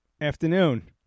afternoon